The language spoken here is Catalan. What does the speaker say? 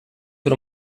per